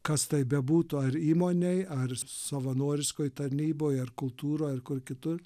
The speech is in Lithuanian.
kas tai bebūtų ar įmonei ar savanoriškoj tarnyboj ar kultūroj ar kur kitur